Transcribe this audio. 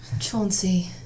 Chauncey